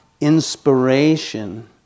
inspiration